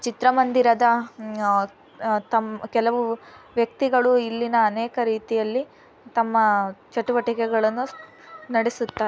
ಚಿತ್ರ ಮಂದಿರದ ತಮ್ಮ ಕೆಲವು ವ್ಯಕ್ತಿಗಳು ಇಲ್ಲಿನ ಅನೇಕ ರೀತಿಯಲ್ಲಿ ತಮ್ಮ ಚಟುವಟಿಕೆಗಳನ್ನು ನಡೆಸುತ್ತಾ